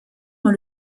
dans